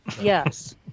Yes